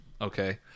okay